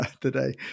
today